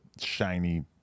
shiny